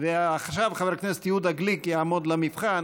אחריו חבר הכנסת יהודה גליק יעמוד למבחן